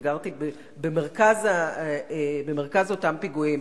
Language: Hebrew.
גרתי במרכז אותם פיגועים,